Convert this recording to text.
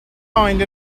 kind